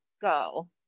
go